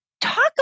talk